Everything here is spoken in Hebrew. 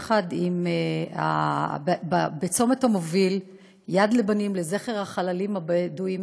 עשיתי בצומת המוביל ב"יד לבנים" לזכר החללים הבדואים,